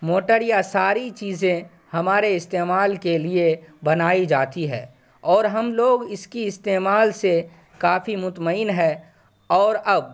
motor یا ساری چیزیں ہمارے استعمال کے لیے بنائی جاتی ہیں اور ہم لوگ اس کی استعمال سے کافی مطمئن ہیں اور اب